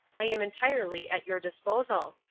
i am entirely at your disposal.